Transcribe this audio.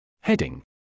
Heading